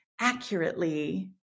accurately